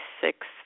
six